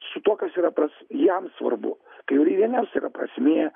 su tuo kas yra pras jam svarbu kai jų vieniems yra prasmė